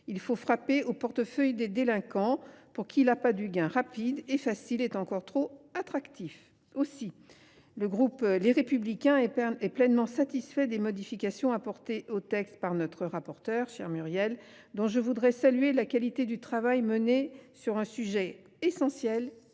Il faut frapper au portefeuille les délinquants, pour qui les gains rapides et faciles sont encore trop attractifs. Aussi, le groupe Les Républicains est pleinement satisfait des modifications apportées au texte par notre rapporteure, Muriel Jourda, dont je salue la qualité du travail mené sur un sujet essentiel,